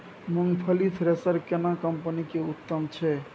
मूंगफली थ्रेसर केना कम्पनी के उत्तम छै?